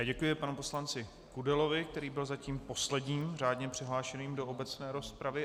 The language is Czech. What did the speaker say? Děkuji panu poslanci Kudelovi, který byl zatím posledním řádně přihlášeným do obecné rozpravy.